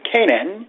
Canaan